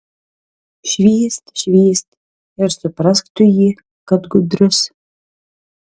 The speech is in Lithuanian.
švyst švyst ir suprask tu jį kad gudrus